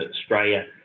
Australia